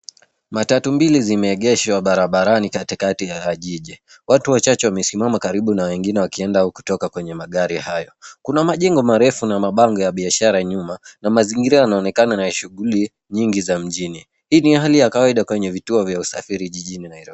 Matatu mbili zimeegeshwa barabarani katikati ya jiji. Watu wachache wamesimama karibu na wengine wakienda au kutoka kwenye magari hayo. Kuna majengo marefu na mabango ya biashara nyuma na mazingira yanaonekana ni ya shughuli nyingi mjini. Hii ni hali ya kawaida kwenye vituo vya usafiri jijini Nairobi.